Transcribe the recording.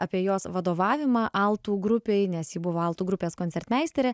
apie jos vadovavimą altų grupei nes ji buvo altų grupės koncertmeistere